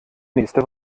nächste